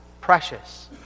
precious